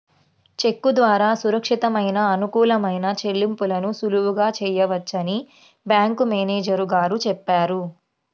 చెక్కు ద్వారా సురక్షితమైన, అనుకూలమైన చెల్లింపులను సులువుగా చేయవచ్చని బ్యాంకు మేనేజరు గారు చెప్పారు